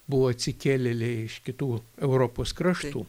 buvo atsikėlėliai iš kitų europos kraštų